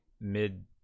mid